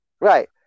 Right